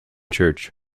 church